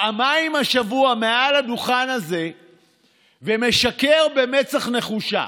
פעמיים השבוע, מעל הדוכן הזה ומשקר במצח נחושה.